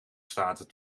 staten